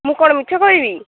ମୁଁ କ'ଣ ମିଛ କହିବି